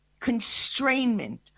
constrainment